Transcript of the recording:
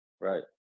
Right